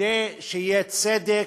כדי שיהיה צדק,